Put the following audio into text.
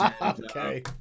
Okay